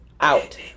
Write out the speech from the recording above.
out